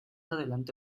adelante